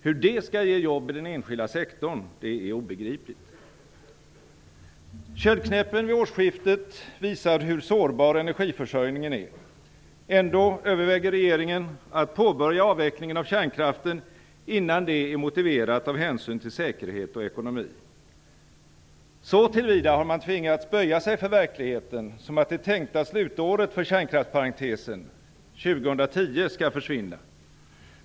Hur detta skall ge jobb i den enskilda sektorn är obegripligt. Köldknäppen vid årsskiftet visar hur sårbar energiförsörjningen är. Ändå överväger regeringen att påbörja avvecklingen av kärnkraften, innan det är motiverat av hänsyn till säkerhet och ekonomi. Så till vida har man tvingats böja sig för verkligheten som att det tänkta slutåret för kärnkraftsparentesen, 2010, skall försvinna.